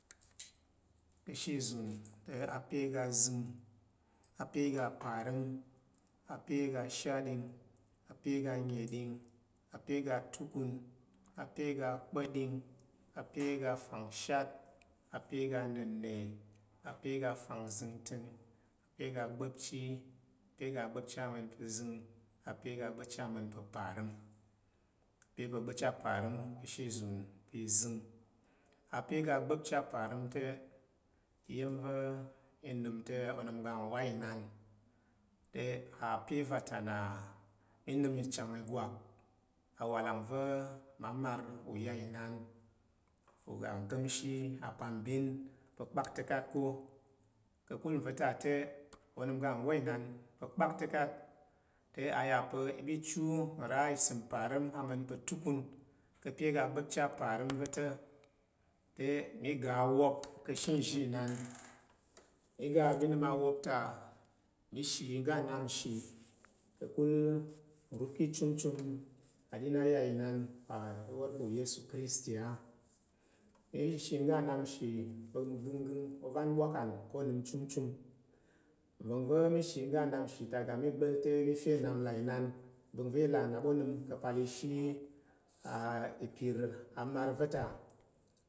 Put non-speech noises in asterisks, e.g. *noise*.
Ka̱she izun te ape ga zəng, ape ga parəm ape ga shatɗing ape ga neɗing ape ga tukun ape ga kpa̱ɗing ape ga fangshat ape ga na̱nne ape ga fangzəngtəng ape ga gba̱pchi ape ga gba̱pchi ama̱n pa̱ zəng ape ga gba̱pchi aman pa̱ parəm ape pa gba̱pchi aparəm ka̱she ìzun pi zəng. Ape ga gba̱pchi a parəm te iya̱m va̱ mi nəm te onəm ga ngwa inan te ape va ta na mi nəm nchang igwak awalang va̱ mma mar u ya inan ugu nka̱mshe apambin pa̱ kpakta̱kat ko ka̱kul nva̱ ta te onəm ga ngwa inan pa̱ kpakta̱kat te ya pa i ɓi ichu nra isəm parəm ama̱n pa̱ tukun ka̱ pe ga gba̱pchi aparəm va̱ ta̱ te mi ga awop ka̱she nzhi inan mi ga mi nəm awop ta mi shi ngga nnap nshi ka̱kul nrup ki chumchum aɗin a ya inan uwa mi wor pa̱ uyesu kirsty á. Mi shi ngga nnap nshi pa̱ gənggəng ovan bwakan ko onəm chumchum nva̱ng va̱ mi shi ngga nnap nshi ta ga mi gba̱l te mi fe nnap nlà inan vəng va̱ là nnap onəm ka̱pal ishi *hesitation* ipir amar va̱ ta.